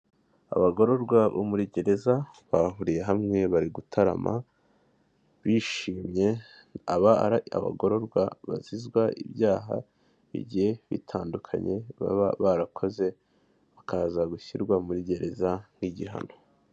Abagororwa bo muri gereza bahuriye hamwe bari gutarama bishimye, aba ari abagororwa bazizwa ibyaha bigihe bitandukanye baba barakoze bakaza gushyirwa muri gereza nk'igihano.